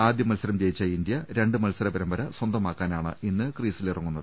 ആദ്യ മത്സരം ജയിച്ച ഇന്ത്യ രണ്ട് മത്സര പരമ്പര സ്വ ന്തമാക്കാനാണ് ഇന്ന് ക്രീസിൽ ഇറങ്ങുന്നത്